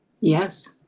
Yes